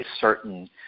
certain